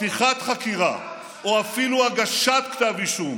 פתיחת חקירה או אפילו הגשת כתב אישום